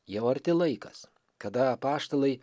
jau arti laikas kada apaštalai